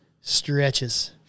Stretches